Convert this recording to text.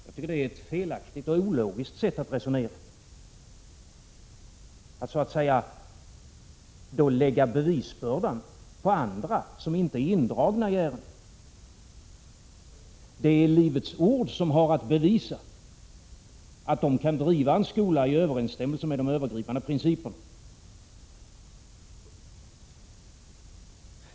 Jag tycker att det är ett felaktigt och ologiskt sätt att resonera, att så att säga lägga bevisbördan på andra, som inte är indragna i ärendet. Det är Livets ord som har att bevisa att denna sekt kan driva en skola i överensstämmelse med de övergripande principerna.